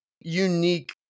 unique